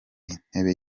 intebe